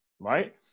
right